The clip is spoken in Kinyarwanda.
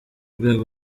rwego